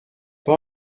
pas